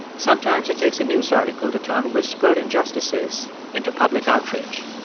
sometimes it takes a news article to turn whispered injustices into public outrage.